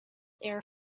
air